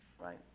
right